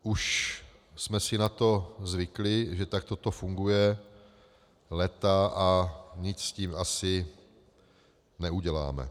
Už jsme si na to zvykli, že takto to funguje léta, a nic s tím asi neuděláme.